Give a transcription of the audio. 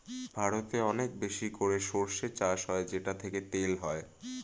ভারতে অনেক বেশি করে সরষে চাষ হয় যেটা থেকে তেল হয়